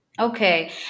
Okay